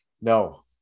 No